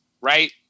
right